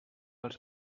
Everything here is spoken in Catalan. els